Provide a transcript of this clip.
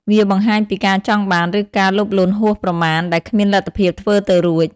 វាបង្ហាញពីការចង់បាន ឬការលោភលន់ហួសប្រមាណ ដែលគ្មានលទ្ធភាពធ្វើទៅរួច។